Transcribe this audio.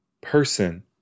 person